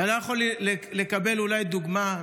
אתה לא יכול לקבל אולי דוגמה,